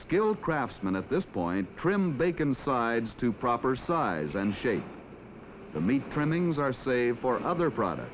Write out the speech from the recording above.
skilled craftsmen at this point trim bacon sides to proper size and shape the meat trimmings are saved for other products